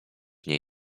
nie